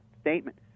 statement